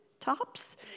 tops